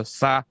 sa